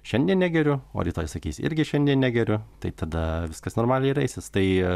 šiandien negeriu o rytoj sakysi irgi šiandien negeriu tai tada viskas normaliai ir eisis tai